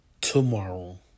Tomorrow